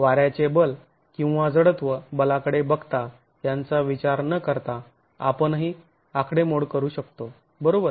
वाऱ्याचे बल किंवा जडत्व बलाकडे बघता यांचा विचार न करता आपणही आकडेमोड करू शकतो बरोबर